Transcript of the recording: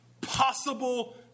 possible